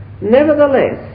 nevertheless